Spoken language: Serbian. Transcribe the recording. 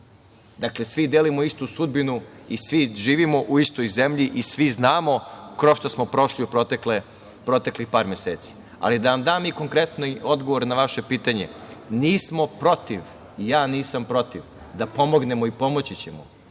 svi delimo istu sudbinu i svi živimo u istoj zemlji i svi znamo kroz šta smo prošli u proteklih par meseci. Ali, da vam i konkretan odgovor na vaše pitanje, nismo protiv, ja nisam protiv da pomognemo i pomoći ćemo.